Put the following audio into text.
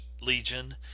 Legion